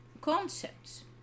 concepts